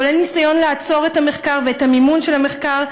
כולל ניסיון לעצור את המחקר ואת המימון של המחקר,